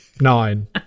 nine